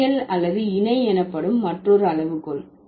நேரியல் அல்லது இணை எனப்படும் மற்றொரு அளவுகோல்